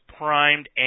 primed